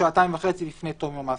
עד שעתיים וחצי לפני תום יום העסקים.